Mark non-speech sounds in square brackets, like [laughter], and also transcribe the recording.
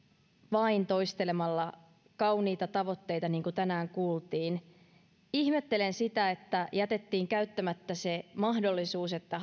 vain toistelemalla kauniita tavoitteita niin kuin tänään kuultiin ihmettelen sitä että jätettiin käyttämättä se mahdollisuus että [unintelligible]